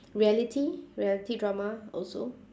reality reality drama also